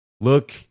Look